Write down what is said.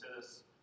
says